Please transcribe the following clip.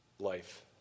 life